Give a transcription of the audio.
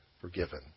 forgiven